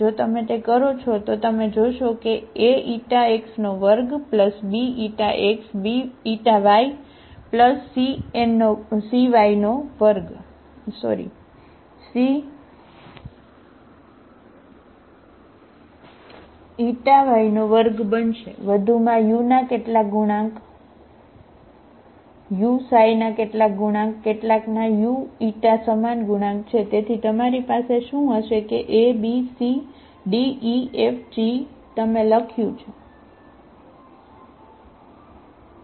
જો તમે તે કરો છો તો તમે જોશો કે તે Ax2BxyCy2 બનશે વધુમાં u ના કેટલાક ગુણાંક u ના કેટલાક ગુણાંક કેટલાકના u સમાન ગુણાંક છે તેથી તમારી પાસે શું હશે કે A B C D E F G G તમે લખ્યું છે બરાબર